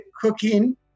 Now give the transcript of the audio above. cooking